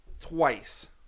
twice